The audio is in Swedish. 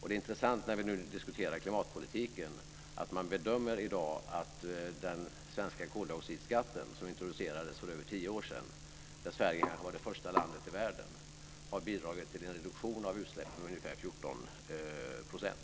Det är intressant, när vi nu diskuterar klimatpolitiken, att man i dag bedömer att den svenska koldioxidskatten, som introducerades för över tio år sedan och där Sverige var det första landet i världen, har bidragit till en reduktion av utsläppen med ungefär 14 %.